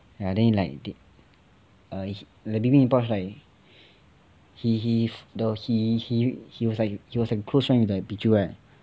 ya then it like err the baby in the pouch like he he he was like close one with like pichu right